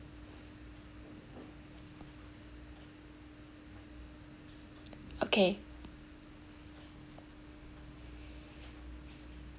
okay